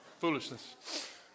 Foolishness